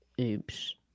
Oops